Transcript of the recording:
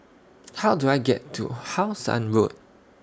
How Do I get to How Sun Road